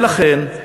ולכן,